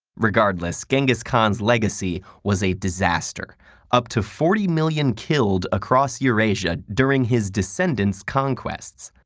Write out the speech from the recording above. regardless, genghis khan's legacy was a disaster up to forty million killed across eurasia during his descendents' conquests.